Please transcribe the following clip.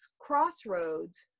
crossroads